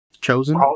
Chosen